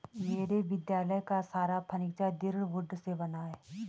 मेरे विद्यालय का सारा फर्नीचर दृढ़ वुड से बना है